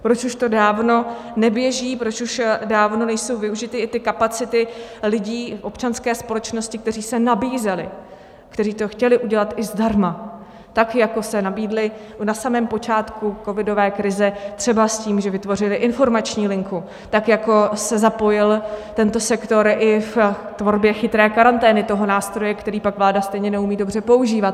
Proč už to dávno neběží, proč už dávno nejsou využity i ty kapacity lidí v občanské společnosti, kteří se nabízeli, kteří to chtěli udělat i zdarma, tak jako se nabídli na samém počátku covidové krize třeba s tím, že vytvořili informační linku, tak jako se zapojil tento sektor i v tvorbě chytré karantény, nástroje, který pak vláda stejně neumí dobře používat.